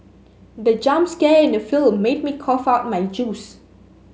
the jump scare in the film made me cough out my juice